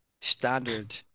standard